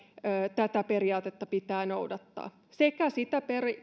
pitää noudattaa sekä sitä